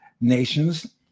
nations